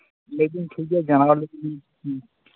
ᱞᱟᱹᱭ ᱫᱟᱹᱧ ᱴᱷᱤᱠ ᱜᱮᱭᱟ ᱡᱟᱱᱟᱣᱟᱞᱤᱧ ᱵᱮᱱ ᱦᱩᱸ